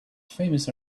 famous